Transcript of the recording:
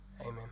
Amen